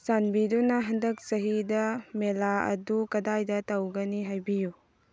ꯆꯥꯟꯕꯤꯗꯨꯅ ꯍꯟꯗꯛ ꯆꯍꯤꯗ ꯃꯦꯂꯥ ꯑꯗꯨ ꯀꯗꯥꯏꯗ ꯇꯧꯒꯅꯤ ꯍꯥꯏꯕꯤꯎ